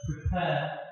prepare